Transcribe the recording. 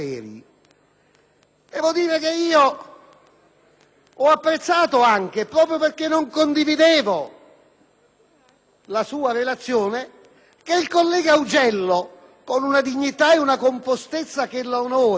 Ho apprezzato, proprio perché non condividevo la sua relazione, che il collega Augello, con una dignità e una compostezza che lo onorano, in sede di questione sospensiva abbia detto